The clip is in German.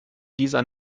dieser